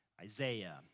Isaiah